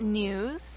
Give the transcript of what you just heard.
news